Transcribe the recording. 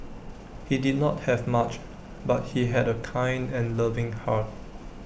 he did not have much but he had A kind and loving heart